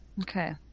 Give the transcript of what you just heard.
Okay